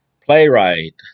playwright